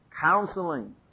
Counseling